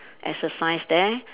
exercise there